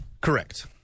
Correct